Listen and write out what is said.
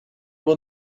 will